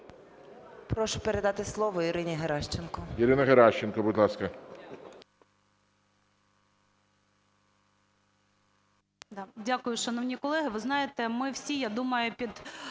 Прошу передати слово Ірині Геращенко. ГОЛОВУЮЧИЙ. Ірина Геращенко, будь ласка.